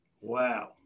Wow